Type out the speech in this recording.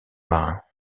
marins